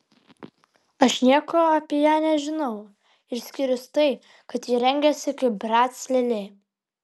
aš nieko apie ją nežinau išskyrus tai kad ji rengiasi kaip brac lėlė